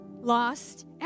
lost